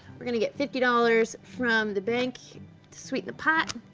we're gonna get fifty dollars from the bank to sweeten the pot,